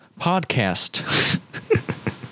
podcast